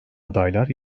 adaylar